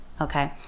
okay